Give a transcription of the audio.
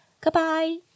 Goodbye